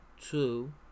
two